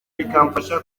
bikamfasha